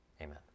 Amen